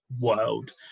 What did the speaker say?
world